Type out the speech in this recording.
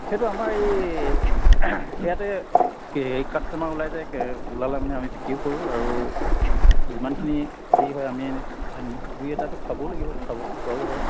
সেইটো আমাৰ এইয়াতে হেৰি কাষ্টমাৰ ওলাই যায় ওলালে মানে আমি বিক্ৰীও কৰোঁ আৰু যিমানখিনি হেৰি হয় আমি দুই এটাটো খাবও লাগিব খাব খোৱাও হয়